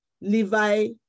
Levi